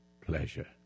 pleasure